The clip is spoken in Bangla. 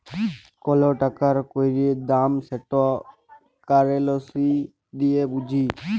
কল টাকার কত ক্যইরে দাম সেট কারেলসি দিঁয়ে বুঝি